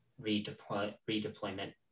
redeployment